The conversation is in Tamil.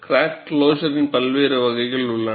கிராக் க்ளொசர் பல்வேறு வகைகள் உள்ளன